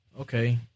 Okay